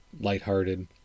lighthearted